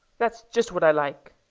that's just what i like.